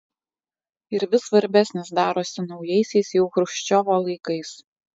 ir vis svarbesnis darosi naujaisiais jau chruščiovo laikais